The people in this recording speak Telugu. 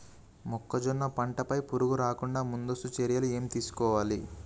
మొక్కజొన్న పంట పై పురుగు రాకుండా ముందస్తు చర్యలు ఏం తీసుకోవాలి?